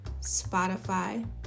Spotify